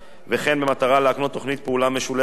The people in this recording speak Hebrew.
וכן במטרה להקנות תוכנית פעולה משולבת בין כל